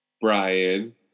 Brian